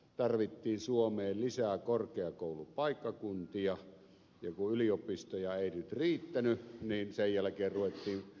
tarvittiin suomeen lisää korkeakoulupaikkakuntia ja kun yliopistoja ei riittänyt niin sen jälkeen ruvettiin perustamaan ammattikorkeakouluja